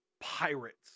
pirates